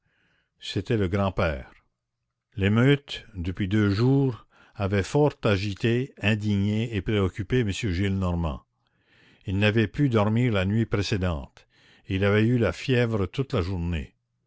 c'était le grand-père l'émeute depuis deux jours avait fort agité indigné et préoccupé m gillenormand il n'avait pu dormir la nuit précédente et il avait eu la fièvre toute la journée